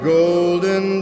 golden